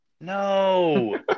No